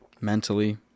mentally